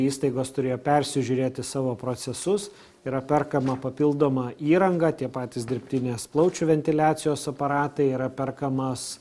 įstaigos turėjo persižiūrėti savo procesus yra perkama papildoma įranga tie patys dirbtinės plaučių ventiliacijos aparatai yra perkamas